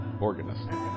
organist